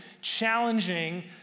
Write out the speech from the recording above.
challenging